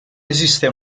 esiste